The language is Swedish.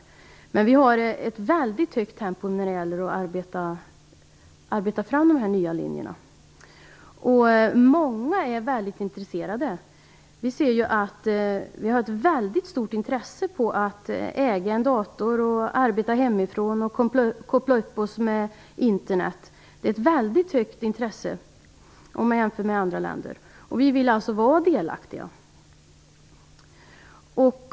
Men vi har ett mycket högt tempo när det gäller att arbeta fram de nya linjerna. Många är väldigt intresserade. Intresset för att äga en dator för att kunna arbeta hemifrån och för att kunna koppla upp sig på Internet är mycket stort i Sverige jämfört med andra länder. Och vi vill vara delaktiga.